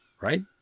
right